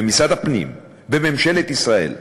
ומשרד הפנים, וממשלת ישראל,